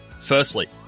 Firstly